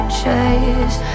chase